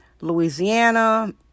Louisiana